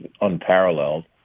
unparalleled